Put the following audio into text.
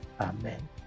Amen